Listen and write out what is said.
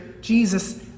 Jesus